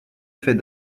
fait